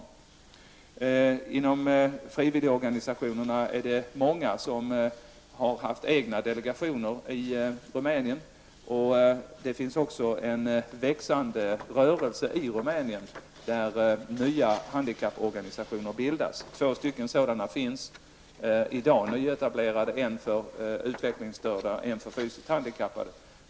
Många frivilligorganisationer har haft egna delegationer i Rumänien, och det finns också ett växande engagemang i Rumänien, där nya handikapporganisationer bildas. Två nyetablerade sådana föräldraorganisationer finns i dag, en för utvecklingsstörda och en för fysiskt handikappade.